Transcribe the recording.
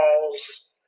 calls